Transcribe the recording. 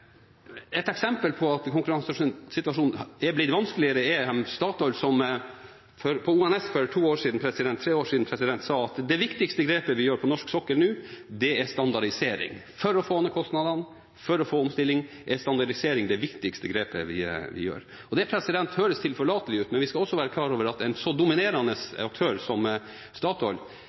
Et eksempel på at konkurransesituasjonen er blitt vanskeligere, er at Statoil på ONS for tre år siden sa at det viktigste grepet vi gjør på norsk sokkel nå, er standardisering. For å få ned kostnadene og for å få omstilling er standardisering det viktigste grepet vi tar. Det høres tilforlatelig ut, men vi skal også være klar over at en så dominerende aktør som Statoil